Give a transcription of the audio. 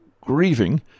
grieving